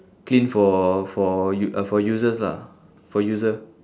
clean for for u~ uh for users lah for user